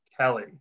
Kelly